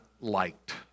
liked